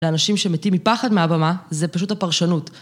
לאנשים שמתים מפחד מהבמה, זה פשוט הפרשנות.